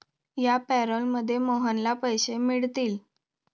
या पॅरोलमध्ये मोहनला पैसे मिळतील